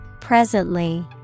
Presently